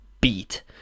beat